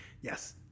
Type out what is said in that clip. yes